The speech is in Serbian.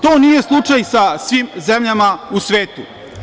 To nije slučaj sa svim zemljama u svetu.